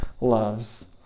loves